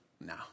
No